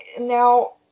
now